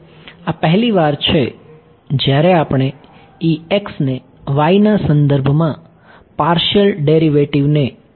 આ પહેલીવાર છે જ્યારે આપણે ને y ના સંદર્ભમાં પાર્શિયલ ડેરિવેટિવને યોગ્ય રીતે જોઈ રહ્યા છીએ